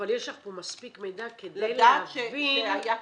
אבל יש לך פה מספיק מידע כדי להבין ---- לדעת שהיה קיזוז.